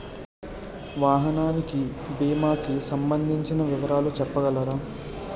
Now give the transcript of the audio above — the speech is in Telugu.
వాహనానికి భీమా కి సంబందించిన వివరాలు చెప్పగలరా?